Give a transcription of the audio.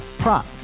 prop